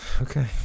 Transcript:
okay